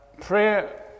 prayer